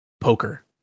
Poker